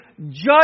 Judge